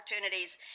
opportunities